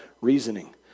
reasoning